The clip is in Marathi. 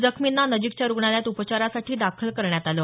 जखमींना नजीकच्या रुग्णालयात उपचारासाठी दाखल करण्यात आलं